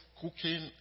cooking